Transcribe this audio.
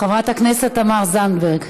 חברת הכנסת תמר זנדברג,